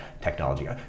technology